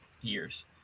years